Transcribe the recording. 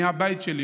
מהבית שלי,